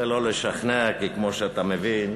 זה לא לשכנע, כי כמו שאתה מבין,